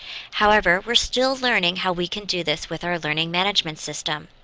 however, we are still learning how we can do this with our learning management system.